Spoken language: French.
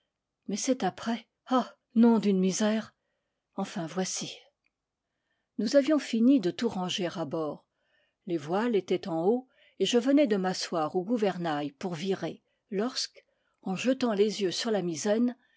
mais c'est après ah nom d'une misère enfin voici nous avions fini de tout ranger à bord les voiles étaient en haut et je venais de m'asseoir au gouvernail pour virer lorsque en jetant les yeux sur la misaine